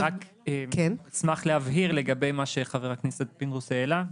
אני אשמח להבהיר לגבי מה שחבר הכנסת פינדרוס העלה,